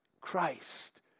Christ